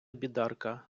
бідарка